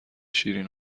شیرین